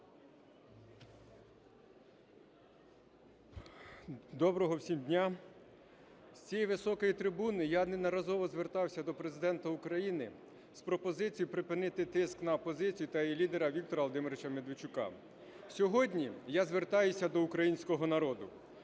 Доброго всім дня! З цієї високої трибуни я неодноразово звертався до Президента України з пропозицією припинити тиск на опозицію та її лідера Віктора Володимировича Медведчука. Сьогодні я звертаюся до українського народу,